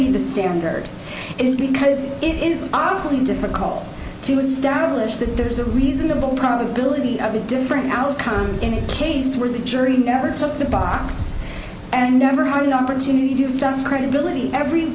be the standard is because it is awfully difficult to establish that there's a reasonable probability of a different outcome in a case where the jury never took the box and never had an opportunity to suss credibility every